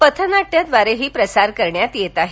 पथनाट्याद्वारेही प्रसार करण्यात येतं आहे